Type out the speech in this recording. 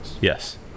Yes